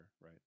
right